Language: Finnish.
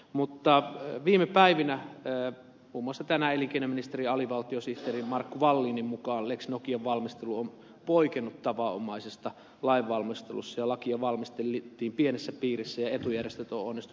mutta viime päivinä on ollut uutisia muun muassa tänään elinkeinoministeriön alivaltiosihteeri markku wallin on todennut että lex nokian valmistelu on poikennut tavanomaisesta lainvalmistelusta lakia valmisteltiin pienessä piirissä ja etujärjestöt ovat onnistuneet vaikuttamaan virkamiehiin